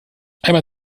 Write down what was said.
einmal